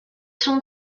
son